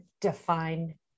define